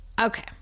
okay